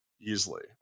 easily